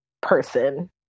person